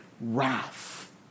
wrath